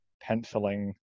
penciling